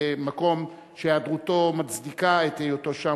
במקום שהיעדרותו מצדיקה את היותו שם,